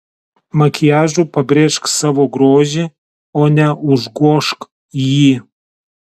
makiažu pabrėžk savo grožį o ne užgožk jį